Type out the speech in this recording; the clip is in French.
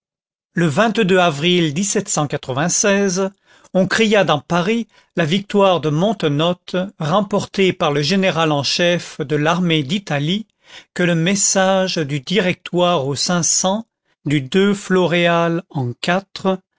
le avril on cria dans paris la victoire de montenotte remportée par le général en chef de l'année d'italie que le message du directoire aux cinq cents du floréal an